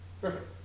Perfect